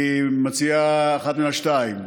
אני מציע אחד מהשניים: